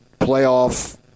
playoff